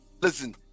Listen